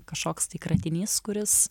kažkoks tai kratinys kuris